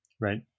Right